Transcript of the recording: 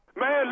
Man